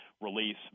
release